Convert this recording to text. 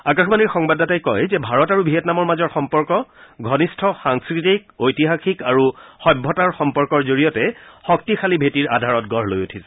আকাশবাণীৰ সংবাদদাতাই কয় যে ভাৰত আৰু ভিয়েটনামৰ মাজৰ সম্পৰ্ক ঘনিষ্ঠ সাংস্কৃতিক ঐতিহাসিক আৰু সভ্যতাৰ সম্পৰ্কৰ জৰিয়তে শক্তিশালী ভেটিৰ আধাৰত গঢ় লৈ উঠিছে